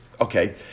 Okay